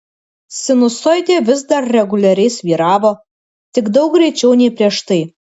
sinusoidė vis dar reguliariai svyravo tik daug greičiau nei prieš tai